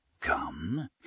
Come